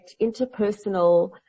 interpersonal